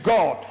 God